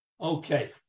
Okay